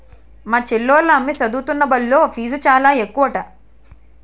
మా చెల్లోల అమ్మి సదువుతున్న బల్లో ఫీజు చాలా ఎక్కువట